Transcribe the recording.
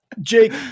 Jake